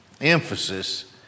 emphasis